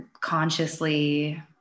consciously